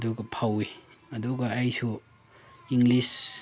ꯑꯗꯨꯒ ꯐꯥꯎꯋꯤ ꯑꯗꯨꯒ ꯑꯩꯁꯨ ꯏꯪꯂꯤꯁ